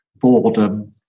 boredom